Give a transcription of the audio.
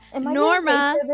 Norma